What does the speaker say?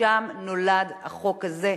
שם נולד החוק הזה,